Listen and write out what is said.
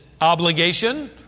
obligation